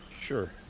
Sure